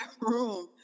room